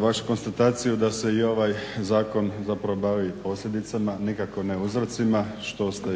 vašu konstataciju da se i ovaj zakon zapravo bavi posljedicama, nikako ne uzrocima što ste